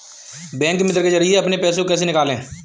Bank मित्र के जरिए अपने पैसे को कैसे निकालें?